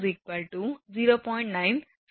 967